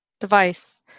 device